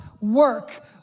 work